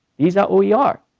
is that who we are?